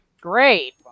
Great